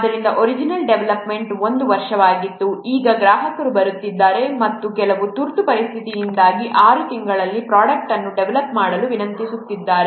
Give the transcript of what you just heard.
ಆದ್ದರಿಂದ original development time 1 ವರ್ಷವಾಗಿತ್ತು ಈಗ ಗ್ರಾಹಕರು ಬರುತ್ತಿದ್ದಾರೆ ಮತ್ತು ಕೆಲವು ತುರ್ತು ಪರಿಸ್ಥಿತಿಯಿಂದಾಗಿ 6 ತಿಂಗಳಲ್ಲಿ ಪ್ರೊಡಕ್ಟ್ ಅನ್ನು ಡೆವಲಪ್ ಮಾಡಲು ವಿನಂತಿಸುತ್ತಿದ್ದಾರೆ